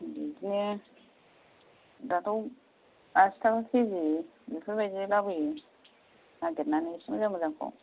बिदिनो दाथ' आसि थाखा केजि बेफोर बायदि लाबोयो नागेरनानै एसे मोजां मोजांखौ